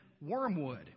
Wormwood